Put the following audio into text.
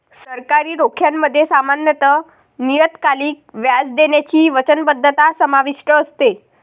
सरकारी रोख्यांमध्ये सामान्यत नियतकालिक व्याज देण्याची वचनबद्धता समाविष्ट असते